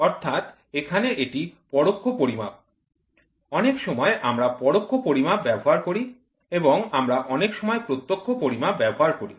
অর্থাৎ এখানে এটি পরোক্ষ পরিমাপ অনেক সময় আমরা পরোক্ষ পরিমাপ ব্যবহার করি এবং আমরা অনেক সময় প্রত্যক্ষ পরিমাপ ব্যবহার করি